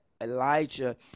Elijah